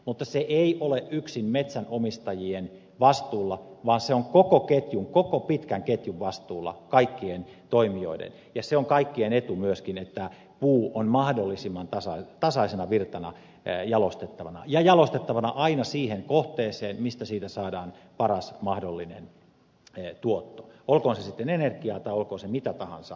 mutta se ei ole yksin metsänomistajien vastuulla vaan se on koko ketjun koko pitkän ketjun kaikkien toimijoiden vastuulla ja se on kaikkien etu myöskin että puu on mahdollisimman tasaisena virtana jalostettavana ja jalostettavana aina siihen kohteeseen mistä saadaan paras mahdollinen tuotto olkoon se sitten energiaa tai mitä tahansa muuta